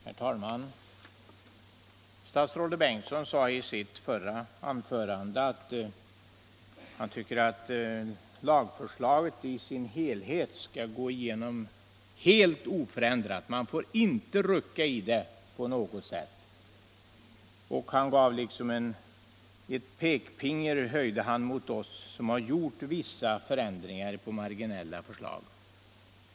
Herr talman! Herr statsrådet Bengtsson sade i sitt förra anförande att han tyckte att lagförslaget i sin helhet skulle gå igenom helt oförändrat och att man inte fick rucka det på något sätt. Han höjde liksom en pekpinne mot oss som lagt fram vissa marginella ändringsförslag.